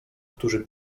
którzy